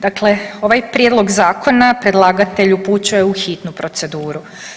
Dakle, ovaj prijedlog zakona predlagatelj upućuje u hitnu proceduru.